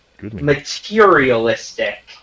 materialistic